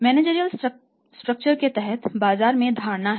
managerial structure के तहत बाजार में धारणा है